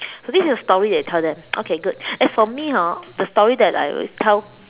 so this is a story that you tell them okay good as for me hor the story that I always tell